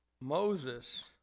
Moses